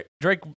Drake